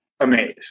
Amazed